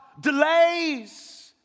delays